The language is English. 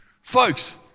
Folks